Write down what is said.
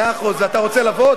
אתה רוצה לבוא?